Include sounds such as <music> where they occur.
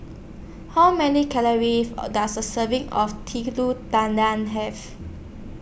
How Many Calories <hesitation> Does A Serving of Telur Tan Tan Have